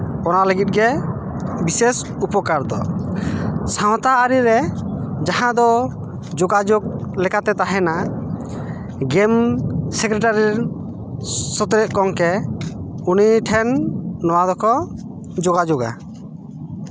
ᱚᱱᱟ ᱞᱟᱹᱜᱤᱫ ᱜᱮ ᱵᱤᱥᱮᱥ ᱩᱯᱚᱠᱟᱨ ᱫᱚ ᱥᱟᱶᱛᱟ ᱟᱹᱨᱤ ᱨᱮ ᱡᱟᱦᱟᱸ ᱫᱚ ᱡᱳᱜᱟᱡᱳᱜᱽ ᱞᱮᱠᱟᱛᱮ ᱛᱟᱦᱮᱱᱟ ᱜᱮᱹᱢ ᱥᱮᱠᱨᱮᱴᱟᱨᱤ ᱨᱮᱱ ᱥᱩᱛᱨᱮᱛ ᱜᱚᱝᱠᱮ ᱩᱱᱤ ᱴᱷᱮᱱ ᱱᱚᱣᱟ ᱫᱚᱠᱚ ᱡᱳᱜᱟᱡᱳᱜᱟ